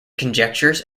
conjectures